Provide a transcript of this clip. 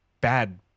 bad